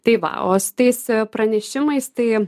tai va o su tais pranešimais tai